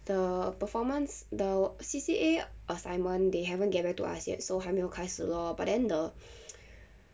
the performance the C_C_A assignment they haven't get back to us yet so 还没有开始 lor but then the